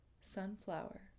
sunflower